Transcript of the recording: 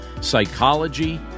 psychology